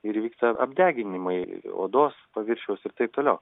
ir įvyksta apdeginimai odos paviršiaus ir taip toliau